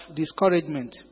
discouragement